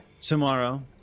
tomorrow